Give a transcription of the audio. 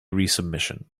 resubmission